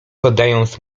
podając